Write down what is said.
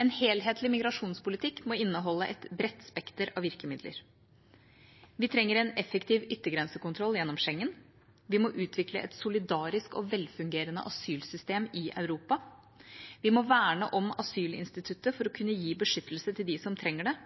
En helhetlig migrasjonspolitikk må inneholde et bredt spekter av virkemidler: Vi trenger en effektiv yttergrensekontroll gjennom Schengen. Vi må utvikle et solidarisk og velfungerende asylsystem i Europa. Vi må verne om asylinstituttet for å kunne